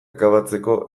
akabatzeko